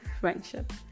Friendship